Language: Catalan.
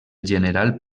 general